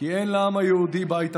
שאני מבקש מבן אדם להתעייף.